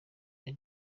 ari